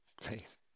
Please